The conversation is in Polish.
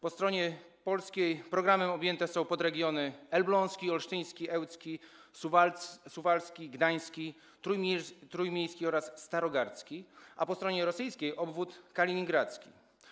Po stronie polskiej programem są objęte podregiony: elbląski, olsztyński, ełcki, suwalski, gdański, trójmiejski oraz starogardzki, a po stronie rosyjskiej - obwód kaliningradzki.